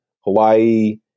Hawaii